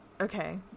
okay